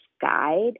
guide